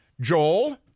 Joel